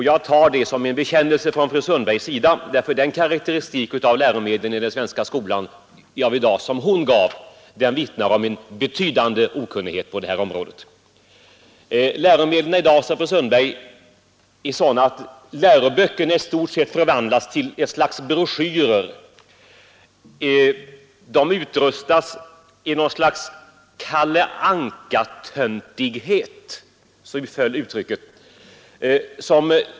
Jag tar det som en bekännelse från fru Sundbergs sida därför att den karakteristiken av läromedlen i den svenska skolan av i dag som hon gav vittnar om en betydande okunnighet på detta område. Läromedlen i dag, sade fru Sundberg, är sådana att läroböckerna i stort sett förvandlas till ett slags broschyrer. De utrustas i något slags Kalle Anka-töntighet — så föll uttrycket.